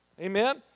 Amen